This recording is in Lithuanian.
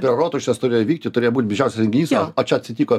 prie rotušės turėjo vykti turėjo būt didžiausias renginys o čia atsitiko